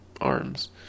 arms